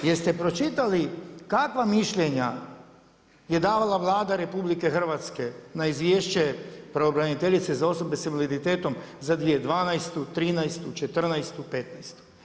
Jeste li pročitali kakva mišljenja je davala Vlada RH na Izvješće pravobraniteljice za osobe sa invaliditetom za 2012., 2013., 2014., 2015.